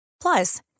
Plus